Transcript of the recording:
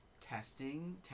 testing